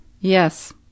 Yes